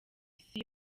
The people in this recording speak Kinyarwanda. isi